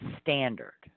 standard